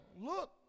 look